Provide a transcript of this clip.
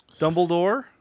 Dumbledore